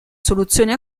soluzioni